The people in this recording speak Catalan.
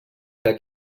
que